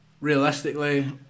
realistically